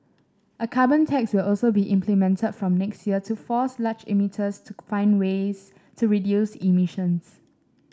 a carbon tax will also be implemented from next year to force large emitters to find ways to reduce emissions